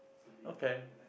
okay